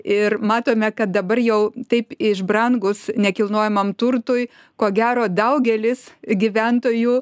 ir matome kad dabar jau taip iš brangus nekilnojamam turtui ko gero daugelis gyventojų